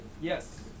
Yes